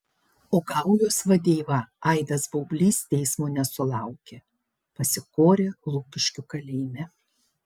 o gaujos vadeiva aidas baublys teismo nesulaukė pasikorė lukiškių kalėjime